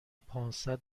پانصد